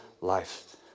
life